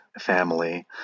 family